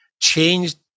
changed